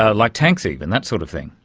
ah like tanks even, that sort of thing?